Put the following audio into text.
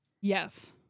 yes